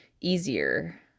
easier